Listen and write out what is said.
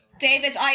David